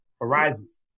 arises